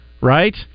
right